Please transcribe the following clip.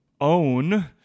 own